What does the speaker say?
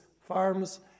farm's